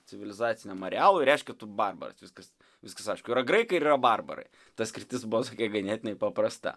civilizaciniam arealui reiškia tu barbaras viskas viskas aišku yra graikai ir yra barbarai ta skirtis buvo tokia ganėtinai paprasta